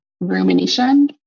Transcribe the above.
rumination